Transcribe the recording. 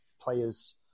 players